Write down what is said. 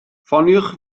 ffoniwch